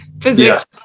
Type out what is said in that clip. physics